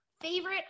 Favorite